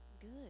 good